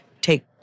take